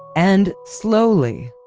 and slowly,